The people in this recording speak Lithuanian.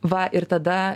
va ir tada